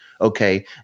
Okay